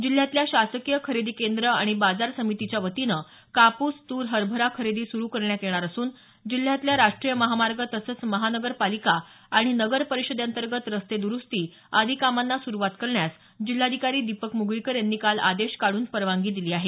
जिल्ह्यातल्या शासकीय खरेदी केंद्र आणि बाजार समितीच्यावतीनं कापूस तूर हरभरा खरेदी सुरु करण्यात येणार असून जिल्ह्यातल्या राष्ट्रीय महामार्ग तसेच महानगर पालिका आणि नगर परिषदे अंतर्गत रस्ते दुरुस्ती आदी कामांना सुरुवात करण्यास जिल्हाधिकारी दिपक म्गळीकर यांनी काल आदेश काढून परवानगी दिली आहे